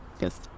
Yes